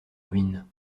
ruine